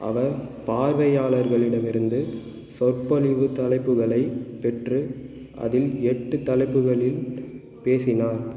அவர் பார்வையாளர்களிடமிருந்து சொற்பொழிவு தலைப்புகளை பெற்று அதில் எட்டு தலைப்புகளில் பேசினார்